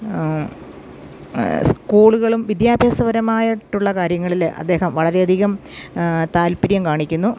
സ്കൂളുകളും വിദ്യാഭ്യാസപരമായിട്ടുള്ള കാര്യങ്ങളിൽ അദ്ദേഹം വളരെയധികം താല്പര്യം കാണിക്കുന്നു